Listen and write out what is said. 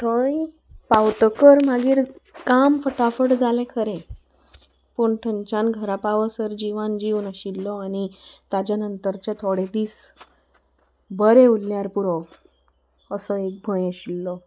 थंय पावतकर मागीर काम फटाफट जालें खरें पूण थंयच्यान घरा पावसर जिवन जिवन नाशिल्लो आनी ताज्या नंतरचे थोडे दीस बरें उरल्यार पुरो असो एक भंय आशिल्लो